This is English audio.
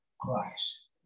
Christ